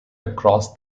across